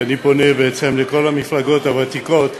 כי אני פונה בעצם לכל המפלגות הוותיקות,